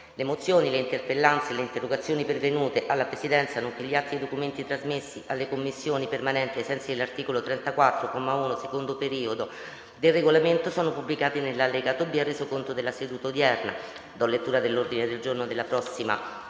Le mozioni, le interpellanze e le interrogazioni pervenute alla Presidenza, nonché gli atti e i documenti trasmessi alle Commissioni permanenti ai sensi dell’articolo 34, comma 1, secondo periodo, del Regolamento sono pubblicati nell’allegato B al Resoconto della seduta odierna. Ordine del giorno per la seduta